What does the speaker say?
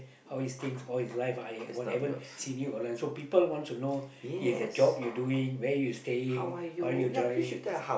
how is things all his life I haevn't seen you for long so people wants to know is the job you doing where you staying what you driving